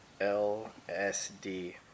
LSD